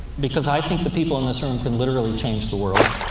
because i think the people in this room can literally change the world,